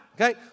okay